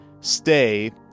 Stay